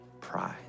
prize